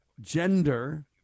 gender